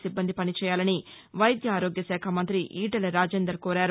సిబ్బంది పనిచేయాలని వైద్య ఆరోగ్య శాఖ మంత్రి ఈటెల రాజేందర్ కోరారు